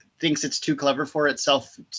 thinks-it's-too-clever-for-itself